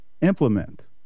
Implement